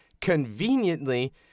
conveniently